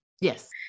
Yes